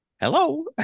Hello